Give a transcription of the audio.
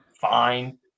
fine